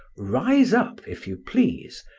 rise up, if you please,